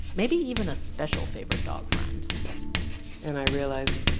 maybe even a special favorite dog friend and i realized,